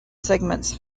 segments